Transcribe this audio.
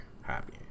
happy